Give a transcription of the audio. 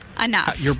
Enough